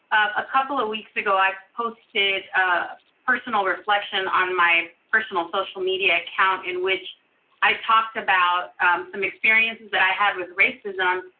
a couple of weeks ago, i posted a personal reflection on my personal social media account in which i talked about some experiences that i had with racism.